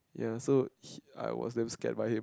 ya so he I was damn scared by him